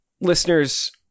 Listeners